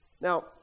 Now